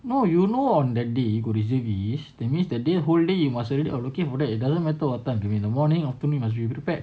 no you know on that day you got reservist that means the whole day you must already allocate for it doesn't matter what time you in the morning afternoon you must be able to pack